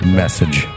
message